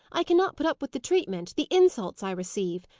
i cannot put up with the treatment the insults i receive.